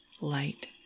light